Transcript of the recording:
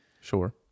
Sure